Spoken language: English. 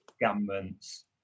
governments